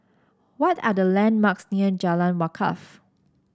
what are the landmarks near Jalan Wakaff